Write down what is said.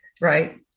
right